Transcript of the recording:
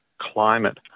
climate